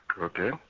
Okay